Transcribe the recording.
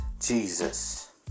Jesus